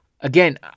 again